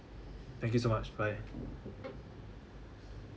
thank you so much bye